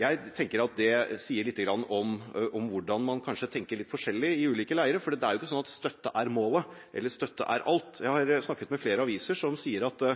Jeg tenker at det sier litt om hvordan man kanskje tenker litt forskjellig i ulike leirer. Det er ikke sånn at støtte er målet, eller at støtte er alt. Jeg har snakket med flere aviser som sier at